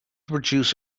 produce